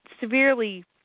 severely